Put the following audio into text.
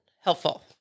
helpful